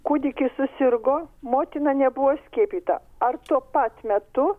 kūdikis susirgo motina nebuvo skiepyta ar tuo pat metu